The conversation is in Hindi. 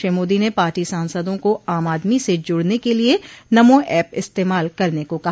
श्री मोदी ने पार्टी सांसदों को आम आदमो से जुड़ने के लिए नमो एप इस्तेमाल करने को कहा